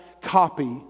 copy